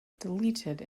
deleted